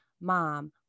mom